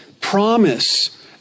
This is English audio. promise